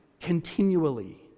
continually